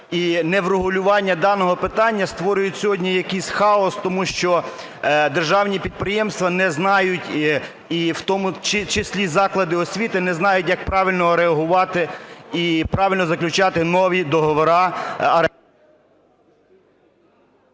неврегулювання даного питання створюють сьогодні якийсь хаос, тому що державні підприємства не знають, і в тому числі заклади освіти, не знають, як правильно реагувати і правильно заключати нові договори